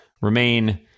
remain